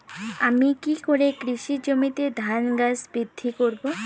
আমি কী করে কৃষি জমিতে ধান গাছ বৃদ্ধি করব?